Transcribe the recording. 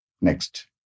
Next